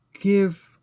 give